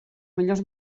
millors